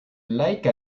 like